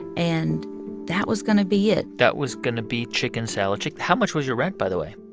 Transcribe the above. and that was going to be it that was going to be chicken salad chick. how much was your rent, by the way?